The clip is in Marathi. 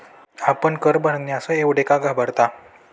आपण कर भरण्यास एवढे का घाबरता?